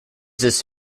this